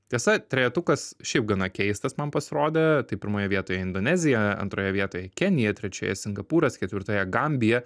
tiesa trejetukas šiaip gana keistas man pasirodė tai pirmoje vietoje indonezija antroje vietoje kenija trečioje singapūras ketvirtoje gambija